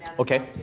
ok.